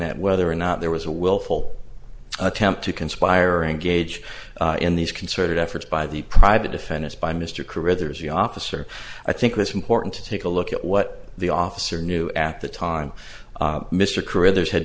at whether or not there was a willful attempt to conspire engage in these concerted efforts by the private defendants by mr caruthers the officer i think it's important to take a look at what the officer knew at the time mr carruthers had